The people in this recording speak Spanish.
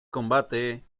combate